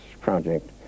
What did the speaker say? project